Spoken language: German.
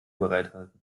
bereithalten